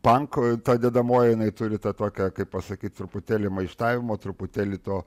pank tą dedamoji jinai turi tą tokią kaip pasakyti truputėlį maištavimo truputėlį to